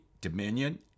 dominion